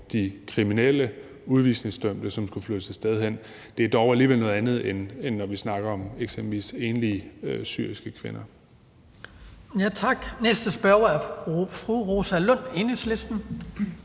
de kriminelle udvisningsdømte, som skulle flyttes et andet sted hen. Det er dog alligevel noget andet, end når vi snakker om eksempelvis enlige syriske kvinder.